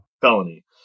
felony